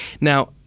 Now